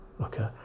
okay